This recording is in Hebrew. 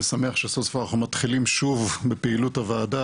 אני סוף סוף שמח שאנחנו מתחילים שוב בפעילות הוועדה,